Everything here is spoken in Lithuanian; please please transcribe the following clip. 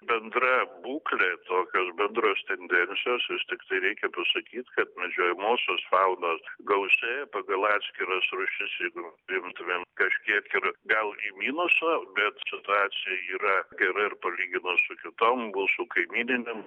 bendra būklė tokios bendros tendencijos vis tiktai reikia pasakyt kad medžiojamosios faunos gausėja pagal atskiras rūšis jeigu imtumėm kažkiek ir gal į minusą bet situacija yra gera ir palyginus su kitom mūsų kaimyninėm